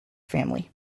family